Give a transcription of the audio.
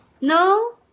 No